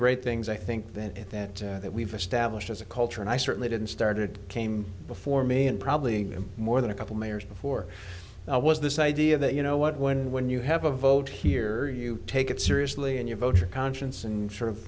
great things i think that that that we've established as a culture and i certainly didn't start it came before me and probably even more than a couple mayors before i was this idea that you know what when when you have a vote here you take it seriously and you vote your conscience and sort of